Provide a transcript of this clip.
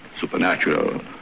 Supernatural